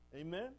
Amen